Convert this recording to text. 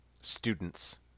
students